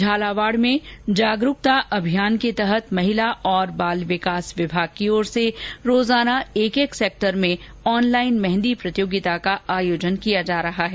झालावाड़ में जागरूकता अभियान के तहत महिला और बाल विकास विभाग की ओर से रोजाना एक एक सैक्टर में ऑनलाइन मेहंदी प्रतियोगिता का आयोजन किया जा रहा है